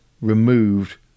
removed